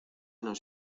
nos